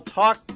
talk